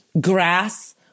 grass